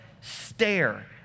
stare